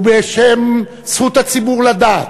ובשם זכות הציבור לדעת,